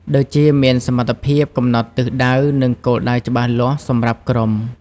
ដូចជាមានសមត្ថភាពកំណត់ទិសដៅ និងគោលដៅច្បាស់លាស់សម្រាប់ក្រុម។